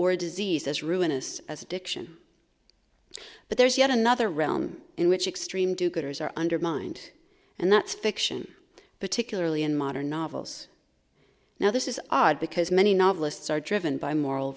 or disease as ruinous as addiction but there is yet another realm in which extreme do gooders are undermined and that's fiction particularly in modern novels now this is odd because many novelists are driven by moral